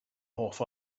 hoff